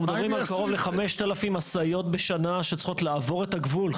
אנחנו מדברים על קרוב ל-5,000 משאיות בשנה שצריכות לעבור את הגבול.